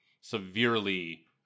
severely